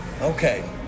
Okay